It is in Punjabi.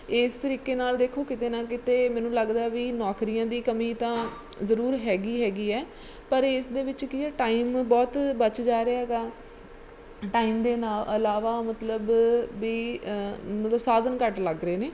ਇਸ ਤਰੀਕੇ ਨਾਲ ਦੇਖੋ ਕਿਤੇ ਨਾ ਕਿਤੇ ਮੈਨੂੰ ਲੱਗਦਾ ਵੀ ਨੌਕਰੀਆਂ ਦੀ ਕਮੀ ਤਾਂ ਜ਼ਰੂਰ ਹੈਗੀ ਹੈਗੀ ਹੈ ਪਰ ਇਸ ਦੇ ਵਿੱਚ ਕੀ ਟਾਈਮ ਬਹੁਤ ਬਚ ਜਾ ਰਿਹਾ ਹੈਗਾ ਟਾਈਮ ਦੇ ਨਾਲ ਇਲਾਵਾ ਮਤਲਬ ਵੀ ਮਤਲਬ ਸਾਧਨ ਘੱਟ ਲੱਗ ਰਹੇ ਨੇ